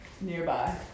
nearby